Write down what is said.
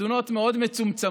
חתונות מאוד מצומצמות,